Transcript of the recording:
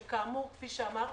שכאמור, כמו שאמרתי,